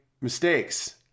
mistakes